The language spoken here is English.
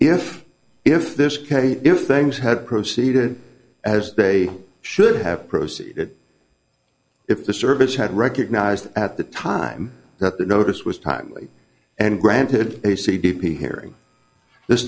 case if things had proceeded as they should have proceeded if the service had recognized at the time that the notice was timely and granted a c d p hearing this